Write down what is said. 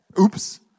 oops